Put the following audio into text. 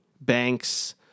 Banks